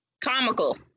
comical